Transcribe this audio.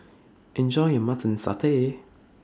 Enjoy your Mutton Satay